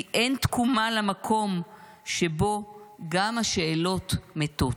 כי אין תקומה למקום שבו גם השאלות מתות,